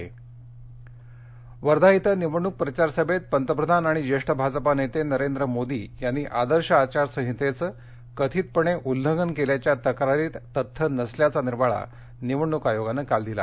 मोदी वर्धा इथं निवडणूक प्रचार सभेत पंतप्रधान आणि ज्येष्ठ भाजपा नेते नरेंद्र मोदी यांनी आदर्श आघार संहितेचं कथितपणे उल्लंघन केल्याच्या तक्रारीत तथ्य नसल्याचा निर्वाळा निवडणूक आयोगानं काल दिला